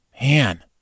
Man